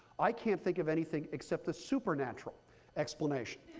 i can't think of anything except the supernatural explanation.